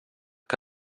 que